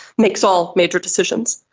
makes all major decisions.